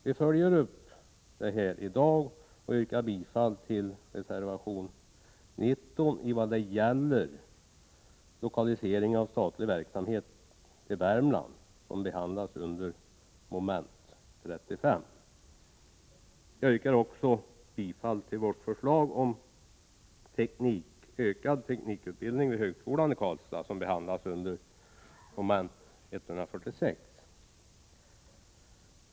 Vi följer upp detta i dag, och jag yrkar bifall till reservation 19 i vad det gäller lokalisering av statlig verksamhet till Värmland, som behandlas under mom. 35. Jag yrkar också bifall till vårt förslag om teknikutbildning vid högskolan i Karlstad, som behandlas under mom. 146.